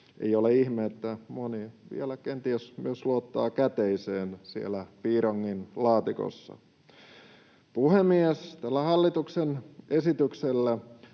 Ei ole ihme, että moni vielä kenties luottaa myös käteiseen siellä piirongin laatikossa. Puhemies! Hallituksen esityksellä